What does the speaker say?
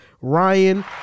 Ryan